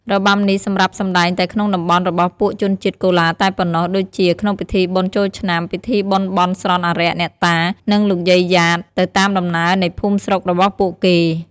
របាំនេះ សម្រាប់សម្តែងតែក្នុងតំបន់របស់ពួកជនជាតិកូឡាតែប៉ុណ្ណោះដូចជា ក្នុងពិធីបុណ្យចូលឆ្នាំ ពិធីបុណ្យបន់ស្រន់អារក្ស អ្នកតា និងលោកយាយយ៉ាត ទៅតាមដំណើរនៃភូមិស្រុករបស់ពួកគេ។